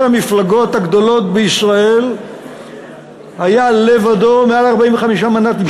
המפלגות הגדולות בישראל מעל 45 מנדטים.